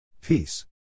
Peace